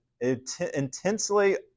intensely